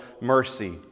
mercy